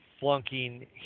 flunking